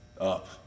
up